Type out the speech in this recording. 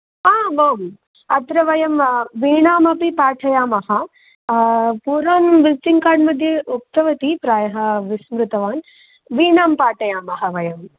आमामं अत्र वयं वीणामपि पाठयामः पूर्वं विसिटिङ्ग् कार्ड् मध्ये उक्तवती प्रायः विस्मृतवान् विणां पाठयामः वयम्